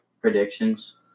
predictions